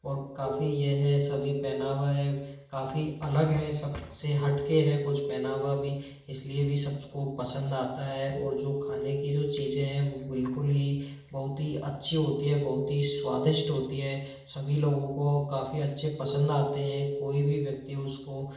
और काफ़ी यह सभी पहनावा है काफ़ी अलग है सब से हटके है कुछ पहनावा भी इस लिए भी सब को पसंद आता है और जो खाने की जो चीज़ें हैं वो बिल्कुल ही बहुत ही अच्छी होती है बहुत ही स्वादिष्ट होती है सभी लोगों को काफ़ी अच्छे पसंद आते हैं कोई भी व्यक्ति उस को